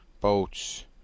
boats